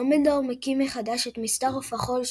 דמבלדור מקים מחדש את מסדר עוף החול,